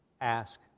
ask